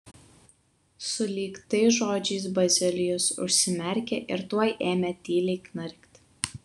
sulig tais žodžiais bazilijus užsimerkė ir tuoj ėmė tyliai knarkti